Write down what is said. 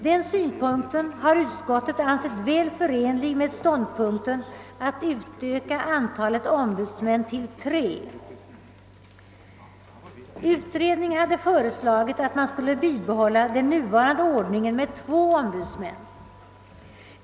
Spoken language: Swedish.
Denna synpunkt har utskottet ansett väl förenlig med ståndpunkten att utöka antalet ombudsmän till tre. Utredningen hade föreslagit att man skulle bibehålla den nuvarande ordningen med två ombudsmän.